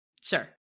Sure